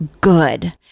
good